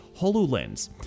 HoloLens